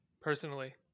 personally